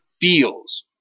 feels